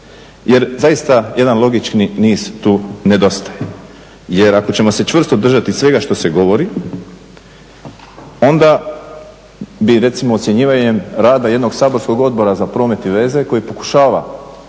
Jer zaista jedan logični niz tu nedostaje. Jer ako ćemo se čvrsto držati svega što se govori onda bi recimo ocjenjivanjem rada jednog saborskog Odbora za promet i veze koji pokušava